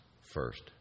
first